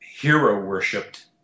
hero-worshipped